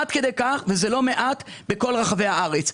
עד כדי כך, וזה לא מעט בכל רחבי הארץ.